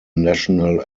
national